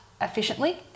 efficiently